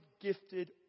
gifted